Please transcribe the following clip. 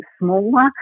smaller